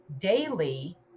daily